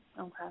Okay